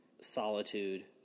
solitude